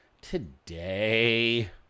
today